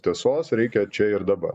tiesos reikia čia ir dabar